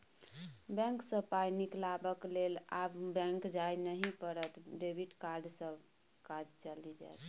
bank सँ पाय निकलाबक लेल आब बैक जाय नहि पड़त डेबिट कार्डे सँ काज चलि जाएत